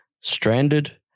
stranded